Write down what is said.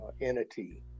entity